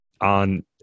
on